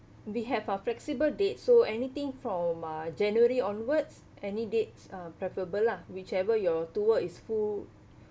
we have a flexible dates so anything from uh january onwards any dates are preferable lah whichever your tour is full